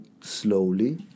slowly